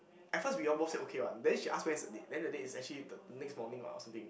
at first we all both say okay one then she ask when is the date then the date is actually the next morning or or something